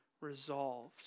resolved